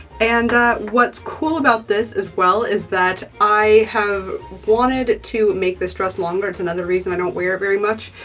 and what's cool about this as well is that i have wanted to make this dress longer. it's another reason i don't wear it very much,